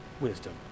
wisdom